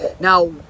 Now